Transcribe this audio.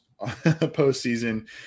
postseason